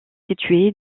située